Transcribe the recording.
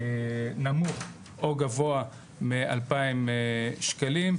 נמוך או גבוה מ-2,000 שקלים,